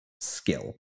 skill